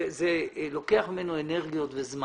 זה לוקח ממנו אנרגיות וזמן,